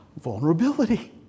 Vulnerability